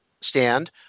stand